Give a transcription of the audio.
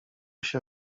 się